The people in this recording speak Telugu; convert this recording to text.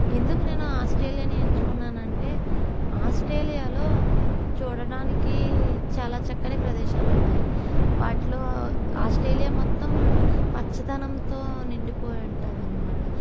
ఎందుకు నేను ఆస్ట్రేలియాను ఎంచుకున్నానంటే ఆస్ట్రేలియాలో చూడడానికి చాలా చక్కని ప్రదేశాలు ఉన్నాయి వాటిలో ఆస్ట్రేలియా మొత్తం పచ్చదనంతో నిండిపోయి ఉంటుంది అనమాట